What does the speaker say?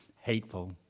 hateful